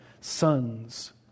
sons